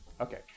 okay